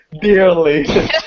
dearly